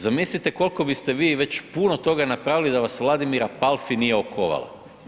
Zamislite koliko biste vi puno toga napravili da vas Vladimira Palfi nije okovala?